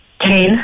Ten